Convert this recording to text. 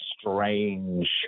strange